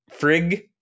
Frig